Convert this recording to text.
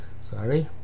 Sorry